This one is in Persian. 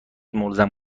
ملزم